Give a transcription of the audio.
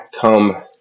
come